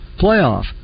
playoff